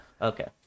Okay